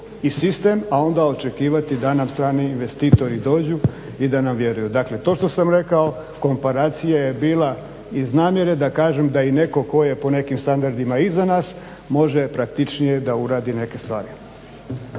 i sistem a onda očekivati da nam strani investitori dođu i da nam vjeruju. Dakle, to što sam rekao, komparacija je bila iz namjere da kažem da i netko tko je po nekim standardima iza nas može praktičnije da uradi neke stvari.